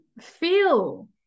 feel